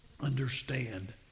understand